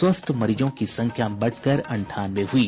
स्वस्थ मरीजों की संख्या बढ़कर अंठानवे हुई